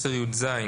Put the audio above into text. לשלטון